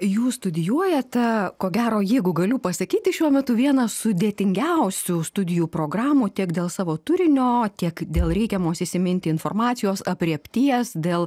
jūs studijuojate ko gero jeigu galiu pasakyti šiuo metu vieną sudėtingiausių studijų programų tiek dėl savo turinio tiek dėl reikiamos įsiminti informacijos aprėpties dėl